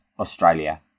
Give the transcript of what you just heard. Australia